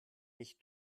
mich